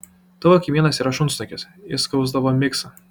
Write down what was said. tavo kaimynas yra šunsnukis jis skausdavo miksą